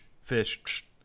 fish